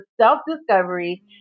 self-discovery